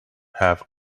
have